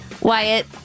Wyatt